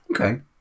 Okay